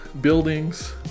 buildings